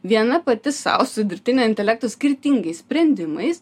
viena pati sau su dirbtinio intelekto skirtingais sprendimais